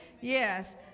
Yes